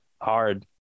hard